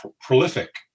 prolific